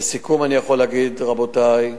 לסיכום אני יכול להגיד, רבותי,